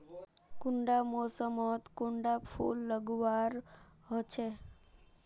कुंडा मोसमोत कुंडा फुल लगवार होछै?